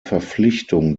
verpflichtung